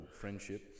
friendship